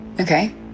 Okay